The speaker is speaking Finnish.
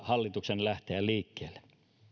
hallituksen lähteä liikkeelle